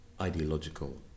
ideological